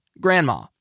Grandma